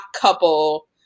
couple